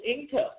income